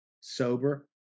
sober